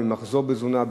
ממחסור בתזונה,